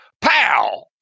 POW